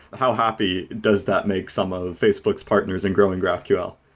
how happy does not make some of facebook's partners and growing graphql?